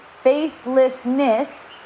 Faithlessness